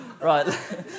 right